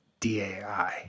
DAI